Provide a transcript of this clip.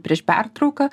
prieš pertrauką